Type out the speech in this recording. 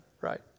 right